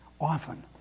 often